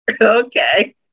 Okay